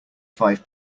five